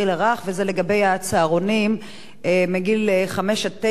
וזה הצהרונים לגילאי חמש-תשע.